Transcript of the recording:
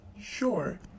Sure